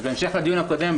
בהמשך לדיון הקודם,